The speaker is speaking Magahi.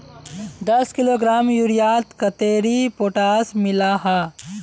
दस किलोग्राम यूरियात कतेरी पोटास मिला हाँ?